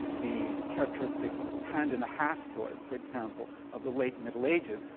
the characteristic hand-and-a-half sword, for example, of the late middle ages,